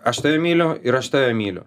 aš tave myliu ir aš tave myliu